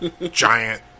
giant